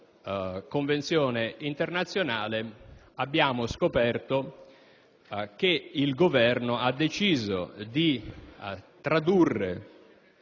Convenzione internazionale abbiamo scoperto che il Governo ha deciso di tradurre